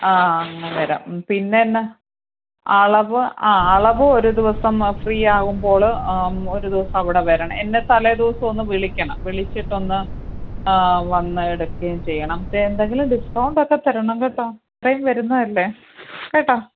ആ വരാം പിന്നെ എന്നാ അളവ് ആ അളവ് ആ ഒരു ദിവസം ഫ്രീ ആകുമ്പോൾ ഒരു ദിവസം അവിടെ വരണം എന്നെ തലേദിവസം ഒന്ന് വിളിക്കണം വിളിച്ചിട്ടൊന്ന് വന്ന് എടുക്കേം ചെയ്യണം എന്തെങ്കിലും ഡിസ്കൗണ്ടൊക്കെ തരണം കേട്ടോ ഇത്രയും വരുന്ന അല്ലേ കേട്ടോ